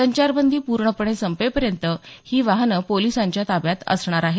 संचारबंदी पूर्णपणे संपेपर्यंत ही वाहनं पोलीसांच्या ताब्यात असणार आहेत